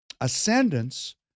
ascendance